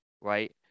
right